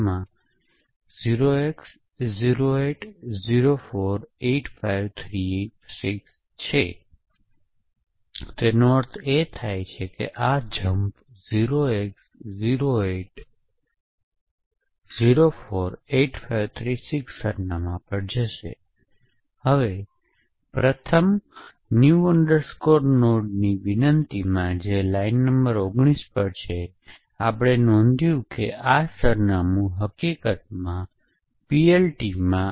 પરંતુ હજી સુધી પરવાનગી આપવા માટે અથવા કૅશ હિટ્સ અને કૅશ મિસિસ વચ્ચે નો તફાવત રજુ કરવા મોટા પ્રમાણમાં સમક્ષ છે